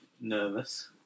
nervous